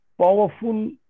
powerful